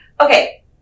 Okay